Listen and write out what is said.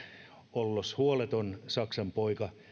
ollos huoleton saksan poika